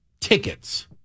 tickets